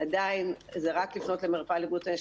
עדיין זה רק לפנות למרפאה לבריאות הנפש.